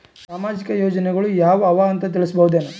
ಸಾಮಾಜಿಕ ಯೋಜನೆಗಳು ಯಾವ ಅವ ಅಂತ ತಿಳಸಬಹುದೇನು?